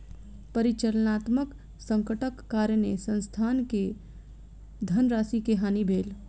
परिचालनात्मक संकटक कारणेँ संस्थान के धनराशि के हानि भेल